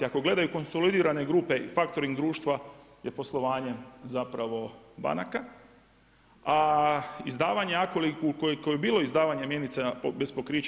Ako gledaju konsolidirane grupe i faktoring društva je poslovanje zapravo banaka, a izdavanje a ukoliko je bilo izdavanje mjenice bez pokrića.